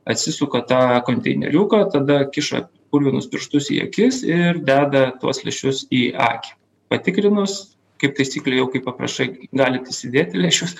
atsisuka tą konteineriuką tada kiša purvinus pirštus į akis ir deda tuos lęšius į akį patikrinus kaip taisyklė jau kai paprašai galit įsidėti lęšius